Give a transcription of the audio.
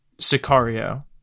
Sicario